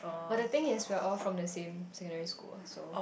but the thing is we are all from the same secondary school ah so